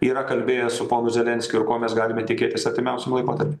yra kalbėjęs su ponu zelenskiu ir ko mes galime tikėtis artimiausiam laikotarpy